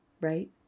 right